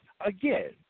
again